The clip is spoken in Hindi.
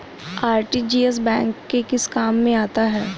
आर.टी.जी.एस बैंक के किस काम में आता है?